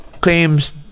claims